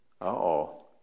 Uh-oh